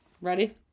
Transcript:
Ready